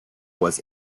was